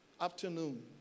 Afternoon